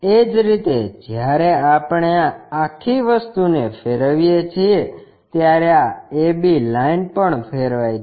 એ જ રીતે જ્યારે આપણે આ આખી વસ્તુને ફેરવીએ છીએ ત્યારે આ a b લાઇન પણ ફેરવાય છે